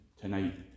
tonight